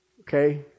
Okay